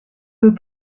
peut